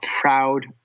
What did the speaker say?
proud